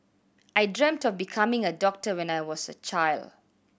I dreamt of becoming a doctor when I was a child